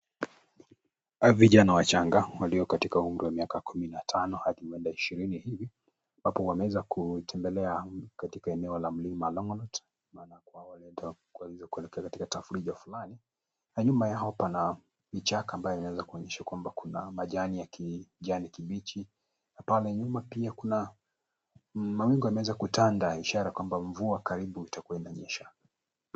Hawa ni vijana wachanga walio katika umri wa kumi na tano hadi ishirini ambapo wameweza kutembelea katika eneo mlima longonot wakiweza kulekea kwenye tafrija flani na nyuma yao pana vichaka ambaye yanaweza kuonyesha kwamba kuna majani ya kijani kibichi ambapo hapo nyuma pia kuna mawingu yameananza kutanda ishara kwamba mvua karibu itakua inanyesha.